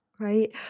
right